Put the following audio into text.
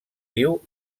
viu